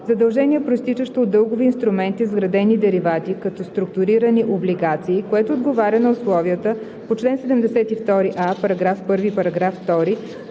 Задължение, произтичащо от дългови инструменти с вградени деривати, като структурирани облигации, което отговаря на условията по чл. 72а, параграф 1 и параграф 2,